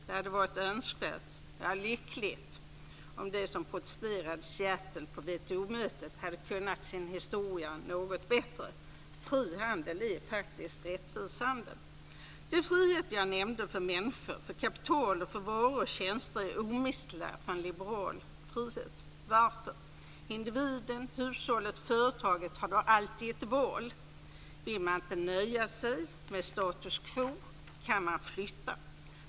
Det hade varit önskvärt - ja, lyckligt - om de som protesterade i Seattle på WTO-mötet hade kunnat sin historia något bättre. Fri handel är faktiskt rättvis handel. De friheter som jag nämnt för människor, för kapital och för varor och tjänster är omistliga för en liberal frihet. Varför? Individen, hushållet och företaget har då alltid ett val. Vill man inte nöja sig med status quo kan man flytta.